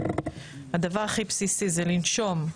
הדבר הכי בסיסי זה לנשום,